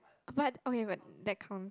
but okay but that count